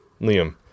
Liam